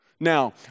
Now